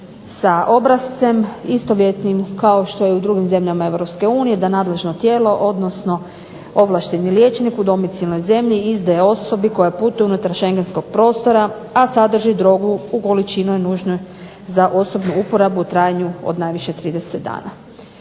sa obrascem istovjetnim kao što je i u drugim zemljama EU da nadležno tijelo, odnosno ovlašteni liječnik u domicilnoj zemlji izdaje osobi koja putuje unutar schengenskog prostora, a sadrži drogu u količini nužnoj za osobnu uporabu u trajanju od najviše 30 dana.